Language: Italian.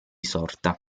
sorta